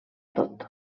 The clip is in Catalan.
tot